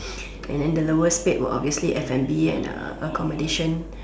and then the lowest paid were obviously F&B and uh accommodation